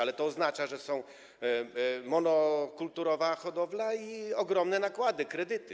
Ale to oznacza, że są monokulturowa hodowla i ogromne nakłady, kredyty.